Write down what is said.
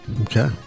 Okay